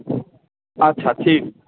अच्छा ठीक